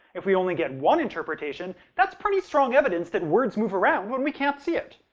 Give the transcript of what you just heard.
if we only get one interpretation, that's pretty strong evidence that words move around when we can't see it.